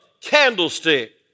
candlestick